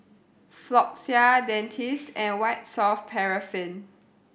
Floxia Dentiste and White Soft Paraffin